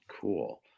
cool